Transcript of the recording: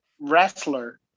wrestler